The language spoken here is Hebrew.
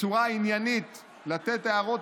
בצורה עניינית לתת הערות